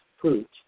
fruit